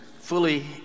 fully